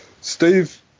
Steve